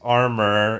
armor